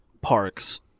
parks